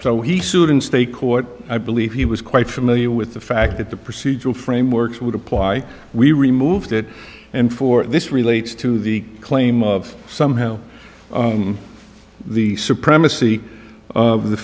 so he sued in state court i believe he was quite familiar with the fact that the procedural frameworks would apply we removed it and for this relates to the claim of somehow the supremacy of the